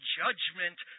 judgment